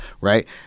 right